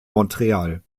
montreal